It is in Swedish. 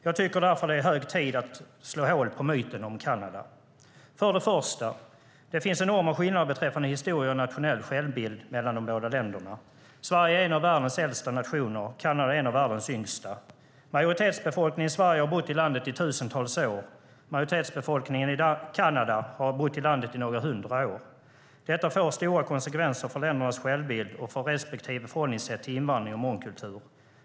Jag tycker därför att det är hög tid att slå hål på myten om Kanada. För det första finns det enorma skillnader beträffande historia och nationell självbild mellan de båda länderna. Sverige är en av världens äldsta nationer. Kanada är en av världens yngsta. Majoritetsbefolkningen i Sverige har bott i landet i tusentals år. Majoritetsbefolkningen i Kanada har bott i landet i några hundra år. Detta får stora konsekvenser för ländernas självbild och för deras förhållningssätt när det gäller invandring och mångkultur.